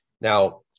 Now